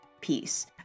piece